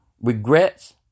Regrets